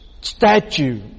statue